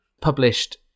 published